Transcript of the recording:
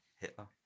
Hitler